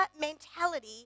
mentality